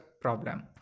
problem